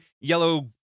yellow